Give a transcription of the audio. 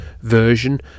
version